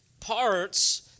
parts